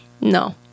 No